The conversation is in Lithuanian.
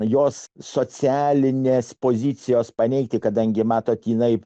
jos socialinės pozicijos paneigti kadangi matote jinai